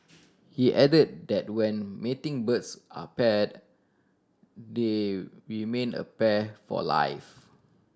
he added that when mating birds are paired they remain a pair for life